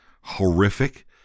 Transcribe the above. horrific